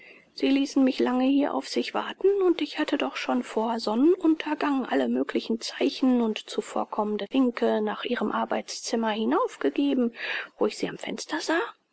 sie ließen mich lange hier auf sich warten und ich hatte doch schon vor sonnenuntergang alle möglichen zeichen und zuvorkommende winke nach ihrem arbeitszimmer hinauf gegeben wo ich sie am fenster sah